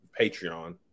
Patreon